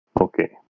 Okay